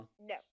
No